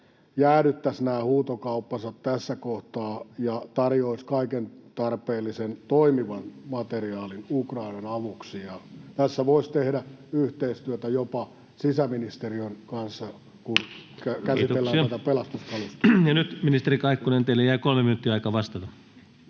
jäädyttäisi huutokauppansa tässä kohtaa ja tarjoaisi kaiken tarpeellisen, toimivan materiaalin Ukrainan avuksi? Tässä voisi jopa tehdä yhteistyötä sisäministeriön kanssa, kun käsitellään tätä pelastuskalustoa. Kiitoksia. — Nyt, ministeri Kaikkonen, teille jäi kolme minuuttia aikaa vastata.